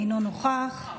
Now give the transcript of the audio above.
אינו נוכח,